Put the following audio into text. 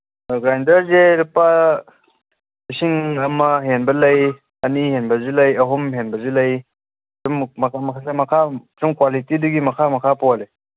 ꯑꯣ ꯒ꯭ꯔꯥꯏꯟꯗꯔꯁꯦ ꯂꯨꯄꯥ ꯂꯤꯁꯤꯡ ꯑꯃ ꯍꯦꯟꯕ ꯂꯩ ꯑꯅꯤ ꯍꯦꯟꯕꯁꯨ ꯂꯩ ꯑꯍꯨꯝ ꯍꯦꯟꯕꯁꯨ ꯂꯩ ꯑꯗꯨꯝ ꯁꯨꯝ ꯀ꯭ꯋꯥꯂꯤꯇꯤꯗꯨꯒꯤ ꯃꯈꯥ ꯄꯣꯜꯂꯦ